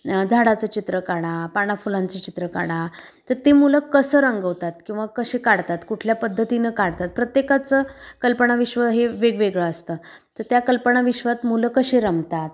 झाडाचं चित्र काढा पाना फुलांचे चित्र काढा तर ते मुलं कसं रंगवतात किंवा कसे काढतात कुठल्या पद्धतीनं काढतात प्रत्येकाचं कल्पनाविश्व हे वेगवेगळं असतं तर त्या कल्पनाविश्वात मुलं कसे रंगतात